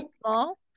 small